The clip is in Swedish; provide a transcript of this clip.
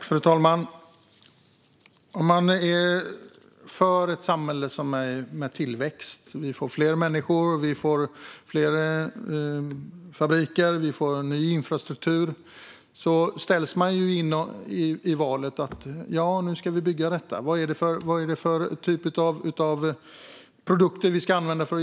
Fru talman! Om vi är för ett samhälle som har tillväxt - att vi får fler människor, fler fabriker och en ny infrastruktur - ställs vi ju inför ett val när vi ska bygga det: Vilken typ av produkter ska vi använda?